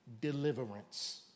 deliverance